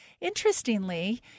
Interestingly